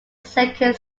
second